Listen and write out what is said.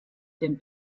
den